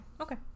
okay